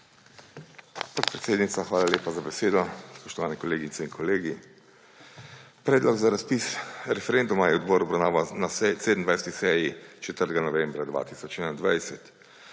Podpredsednica, hvala za besedo. Spoštovani kolegice in kolegi! Predlog za razpis referenduma je odbor obravnaval na 27. seji 4. novembra 2021.